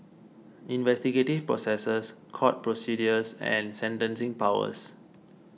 investigative processes court procedures and sentencing powers